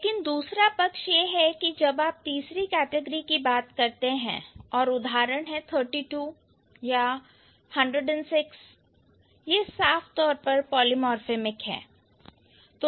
लेकिन दूसरा पक्ष यह है कि जब आप तीसरी कैटेगरी की बात करते हैं और उदाहरण हैं thirty two a Hundred and six ये साफ तौर पर पॉलीमर्फेमिक है